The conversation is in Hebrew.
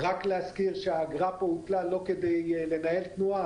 רק להזכיר שהאגרה פה הוטלה לא כדי לנהל תנועה,